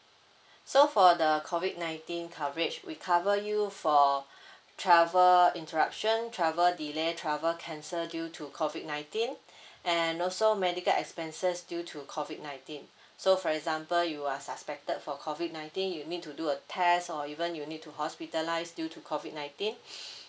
so for the COVID nineteen coverage we cover you for travel interruption travel delay travel cancelled due to COVID nineteen and also medical expenses due to COVID nineteen so for example you are suspected for COVID nineteen you need to do a test or even you need to hospitalised due to COVID nineteen